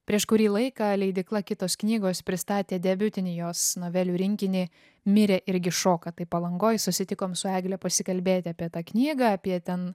prieš kurį laiką leidykla kitos knygos pristatė debiutinį jos novelių rinkinį mirė irgi šoka tai palangoj susitikom su egle pasikalbėti apie tą knygą apie ten